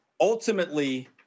Ultimately